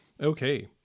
okay